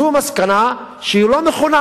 זו מסקנה שהיא לא נכונה.